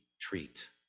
treat